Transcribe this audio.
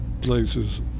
places